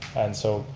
and so,